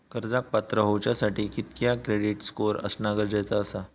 कर्जाक पात्र होवच्यासाठी कितक्या क्रेडिट स्कोअर असणा गरजेचा आसा?